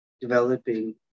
developing